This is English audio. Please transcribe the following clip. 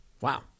Wow